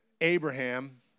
Abraham